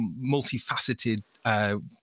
multifaceted